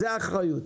זו האחריות.